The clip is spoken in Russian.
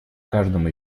каждом